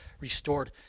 restored